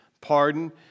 Pardon